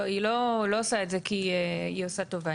היא לא עושה את זה כי היא עושה טובה.